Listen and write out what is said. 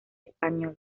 español